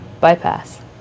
Bypass